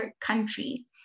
country